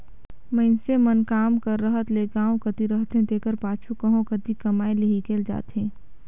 मइनसे मन काम कर रहत ले गाँव कती रहथें तेकर पाछू कहों कती कमाए लें हिंकेल जाथें